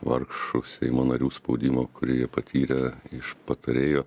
vargšų seimo narių spaudimo kurį jie patyrė iš patarėjo